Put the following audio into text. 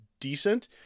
decent